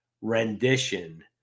rendition